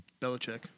Belichick